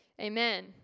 Amen